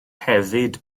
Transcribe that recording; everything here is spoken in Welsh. hefyd